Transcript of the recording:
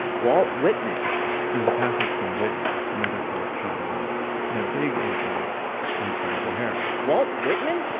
walt whitman it was a passage from whitman, another poet sean loves and a big influence on frank o'hara. walt whitman?